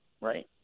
right